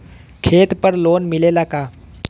खेत पर लोन मिलेला का?